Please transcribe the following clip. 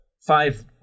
five